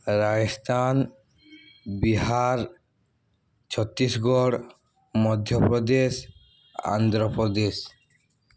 Rajasthan Bihar Chhattisgarh Madhya Pradesh Andhra Pradesh